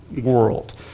world